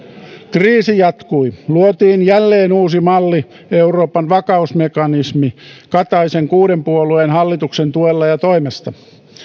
kriisi jatkui luotiin jälleen uusi malli euroopan vakausmekanismi kataisen kuuden puolueen hallituksen tuella ja toimesta